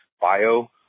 Bio